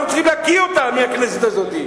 אנחנו צריכים להקיא אותה מהכנסת הזאת.